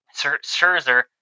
Scherzer